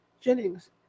Jennings